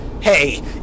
hey